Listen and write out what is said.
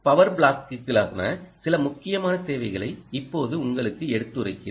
power பிளாக்குக்கான சில முக்கியமான தேவைகளை இப்போது உங்களுக்கு எடுத்துரைக்கிறேன்